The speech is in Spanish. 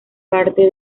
parte